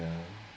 ya